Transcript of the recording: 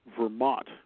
Vermont